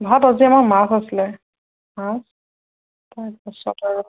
ভাত আজি আমাৰ মাছ আছিলে তাৰ পিছত আৰু